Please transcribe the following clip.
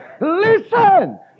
listen